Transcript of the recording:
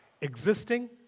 Existing